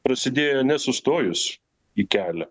prasidėjo ne sustojus į kelią